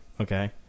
Okay